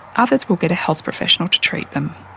others will get a health professional to treat them.